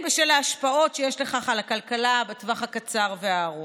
בשל ההשפעות שיש לכך על הכלכלה בטווח הקצר וארוך.